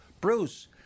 bruce